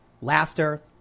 Laughter